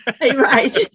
Right